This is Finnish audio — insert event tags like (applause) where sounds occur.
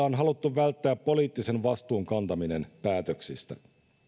(unintelligible) on haluttu välttää poliittisen vastuun kantaminen päätöksistä